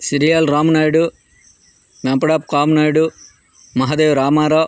సిరియాల్ రామ నాయుడు నపడప కామ్ నాయుడు మహాదేవ్ రామారావు